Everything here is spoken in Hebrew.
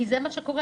כי זה מה שקורה,